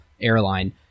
airline